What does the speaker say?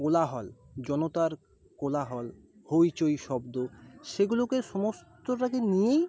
কোলাহল জনতার কোলাহল হইচই শব্দ সেগুলোকে সমস্তটাকে নিয়েই